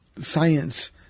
science